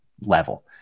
level